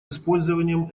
использованием